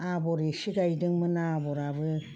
आबर इसे गायदोंमोन आबराबो